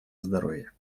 здоровья